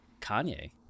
Kanye